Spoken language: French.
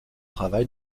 travail